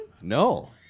No